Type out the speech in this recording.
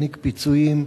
להעניק פיצויים,